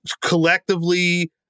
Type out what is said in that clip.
collectively